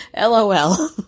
LOL